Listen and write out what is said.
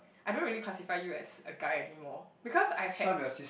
I don't really classify you as a guy anymore because I've had